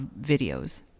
videos